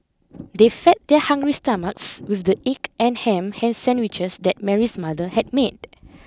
they fed their hungry stomachs with the egg and ham ham sandwiches that Mary's mother had made